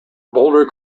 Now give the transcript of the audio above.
boulder